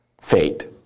fate